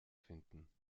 finden